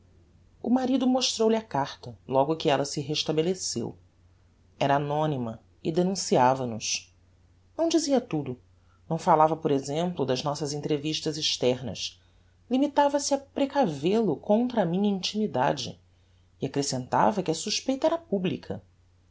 o marido mostrou-lhe a carta logo que ella se restabeleceu era anonyma e denunciava nos não dizia tudo não falava por exemplo das nossas entrevistas externas limitava-se a precavel o contra a minha intimidade e accrescentava que a suspeita era publica